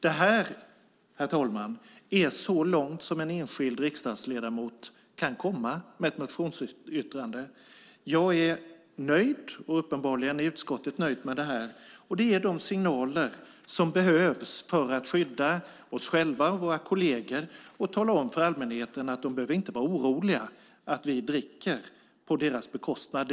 Det här, herr talman, är så långt som en enskild riksdagsledamot kan komma med ett motionsyttrande. Jag är nöjd, uppenbarligen är utskottet också det. Det är de signaler som behövs för att skydda oss själva och våra kolleger och tala om för allmänheten att de inte behöver vara oroliga för att vi dricker på deras bekostnad.